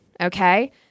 okay